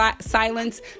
silence